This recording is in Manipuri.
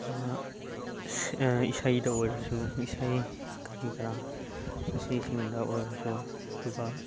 ꯏꯁꯩꯗ ꯑꯣꯏꯔꯁꯨ ꯏꯁꯩ ꯀꯔꯤ ꯀꯔꯥ ꯑꯁꯤꯁꯤꯡꯗ ꯑꯣꯏꯔꯁꯨ ꯑꯗꯨꯒ